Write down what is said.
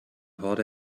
horde